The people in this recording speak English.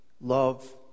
love